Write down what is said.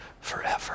forever